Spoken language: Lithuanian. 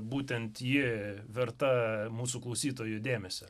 būtent ji verta mūsų klausytojų dėmesio